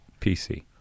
PC